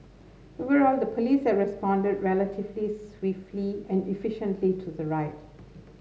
overall the police has responded relatively swiftly and efficiently to the riot